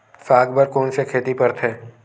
साग बर कोन से खेती परथे?